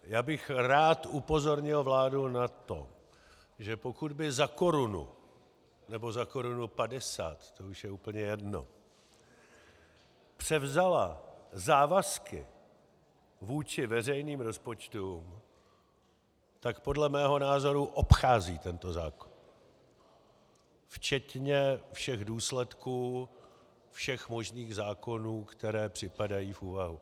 Já bych rád upozornil vládu na to, že pokud by za korunu nebo za korunu padesát, to už je úplně jedno, převzala závazky vůči veřejným rozpočtům, tak podle mého názoru obchází tento zákon včetně všech důsledků všech možných zákonů, které připadají v úvahu.